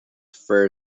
fur